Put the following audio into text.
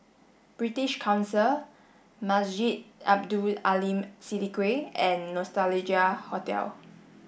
British Council Masjid Abdul Aleem Siddique and Nostalgia Hotel